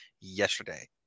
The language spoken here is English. yesterday